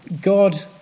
God